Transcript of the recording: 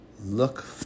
Look